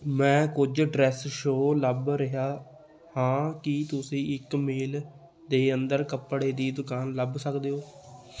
ਮੈਂ ਕੁਝ dress shoes ਲੱਭ ਰਿਹਾ ਹਾਂ ਕੀ ਤੁਸੀਂ ਇੱਕ ਮੀਲ ਦੇ ਅੰਦਰ ਕੱਪੜੇ ਦੀ ਦੁਕਾਨ ਲੱਭ ਸਕਦੇ ਹੋ